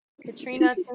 Katrina